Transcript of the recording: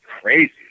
crazy